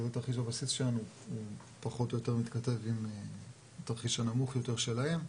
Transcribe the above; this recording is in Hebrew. תרחיש הבסיס שלנו פחות או יותר מתכתב עם התרחיש הנמוך יותר שלהם,